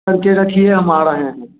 कर के रखिए हम आ रहे हैं